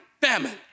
Famine